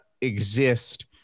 exist